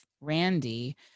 Randy